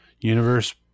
universe